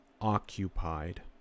occupied